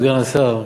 סגן השר,